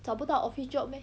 找不到 office job meh